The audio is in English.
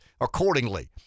accordingly